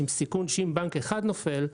עם סיכון שאם בנק אחד נופל,